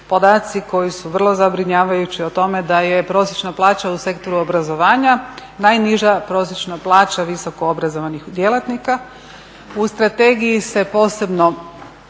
podaci koji su vrlo zabrinjavajući o tome da je prosječna plaća u Sektoru obrazovanja, najniža prosječna plaća visoko obrazovanih djelatnika. U strategiji se posebno